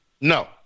No